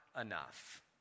enough